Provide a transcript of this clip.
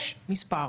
יש מספר.